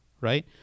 right